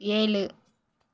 ஏலு